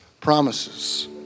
promises